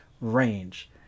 range